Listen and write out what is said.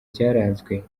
cyaranzwe